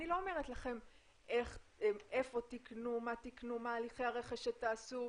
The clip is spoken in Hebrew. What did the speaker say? אני לא אומרת לכם איך תקנו איפה תקנו מה הליכי הרכש שתעשו,